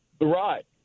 Right